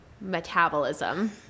metabolism